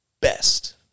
best